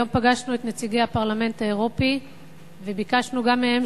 היום פגשנו את נציגי הפרלמנט האירופי וביקשנו גם מהם